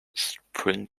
spring